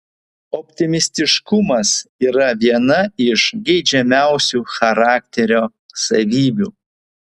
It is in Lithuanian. optimistiškumas yra viena iš geidžiamiausių charakterio savybių